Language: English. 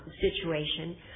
situation